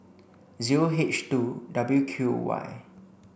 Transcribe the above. zero H two W Q Y